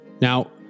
Now